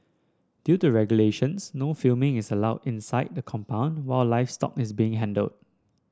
due to regulations no filming is allowed inside the compound while livestock is being handled